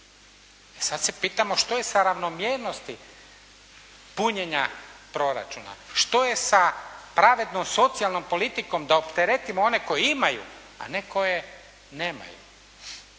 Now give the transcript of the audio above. Sad se pitamo što je sa ravnomjernosti punjenja proračuna? Što je sa pravednom socijalnom politikom da opteretimo one koji imaju, a ne koji nemaju?